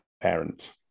parent